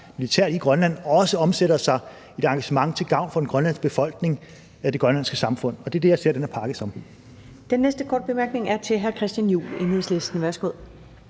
militært i Grønland også omsætter sig i et engagement til gavn for den grønlandske befolkning og det grønlandske samfund – og det er det, jeg ser den her pakke som. Kl.